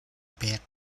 pek